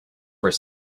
were